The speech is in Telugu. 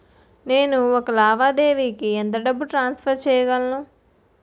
నేను ఒక లావాదేవీకి ఎంత డబ్బు ట్రాన్సఫర్ చేయగలను?